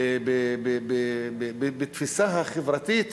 בתפיסה החברתית